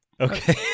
Okay